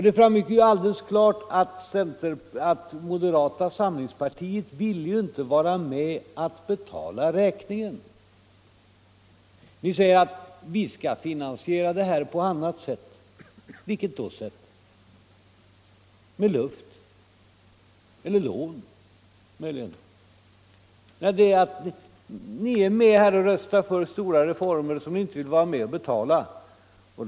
Det framgick alldeles klart att moderata samlingspartiet inte ville vara med om att betala räkningen. Ni säger: Vi skall finansiera det här på annat sätt. Vilket sätt då? Med luft, eller möjligen med lån? Ni är med här och röstar för stora reformer som ni inte vill vara med om att betala.